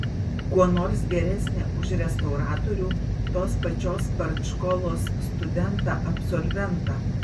kuo nors geresnė už restauratorių tos pačios partškolos studentą absolventą